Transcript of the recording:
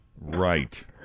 Right